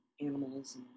animals